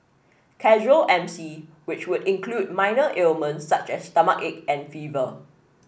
casual M C which would include minor ailments such as stomachache and fever